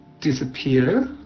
disappear